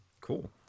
Cool